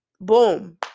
boom